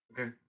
Okay